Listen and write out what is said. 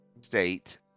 state